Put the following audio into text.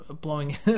Blowing